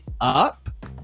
up